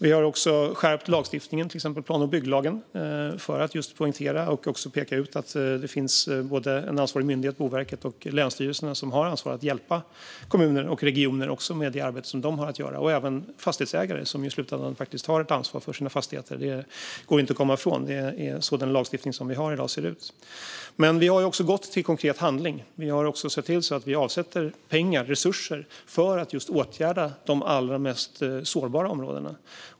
Vi har skärpt lagstiftningen, till exempel plan och bygglagen, för att poängtera och peka ut att det finns en ansvarig myndighet, Boverket, och länsstyrelserna som har ansvaret att hjälpa kommuner och regioner med det arbete som de har att göra. Det gäller också fastighetsägare, som i slutändan har ett ansvar för sina fastigheter. Det går inte att komma ifrån. Det är så den lagstiftning vi har i dag ser ut. Vi har också gått till konkret handling. Vi har sett till att vi avsätter pengar, resurser, för att åtgärda de allra mest sårbara områdena.